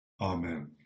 Amen